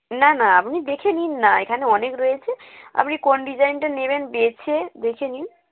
না না আপনি দেখে নিন না এখানে অনেক রয়েছে আপনি কোন ডিজাইনটা নেবেন বেছে দেখে নিন